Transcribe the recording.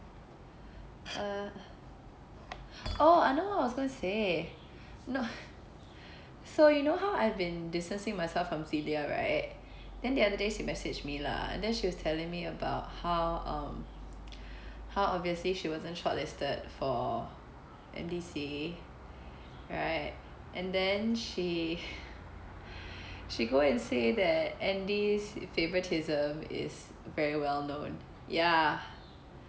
uh oh I know what I was gonna say no so you know how I've been distancing myself from celia right then the other day she messaged me lah then she was telling me about how um how obviously she wasn't short listed for N_D_C right and then she she go and say andy's favouritism is very well known ya